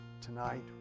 tonight